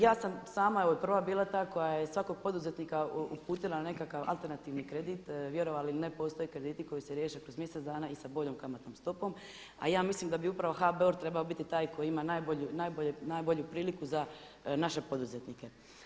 Ja sam sama evo prva bila ta koja je svakog poduzetnika uputila na nekakav alternativni kredit, vjerovali ili ne postoje krediti koji se riješe kroz mjesec dana i sa boljom kamatnom stopom a ja mislim da bi upravo HBOR trebao biti taj koji ima najbolju priliku za naše poduzetnike.